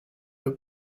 were